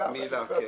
מילה אחת.